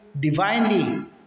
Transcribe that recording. divinely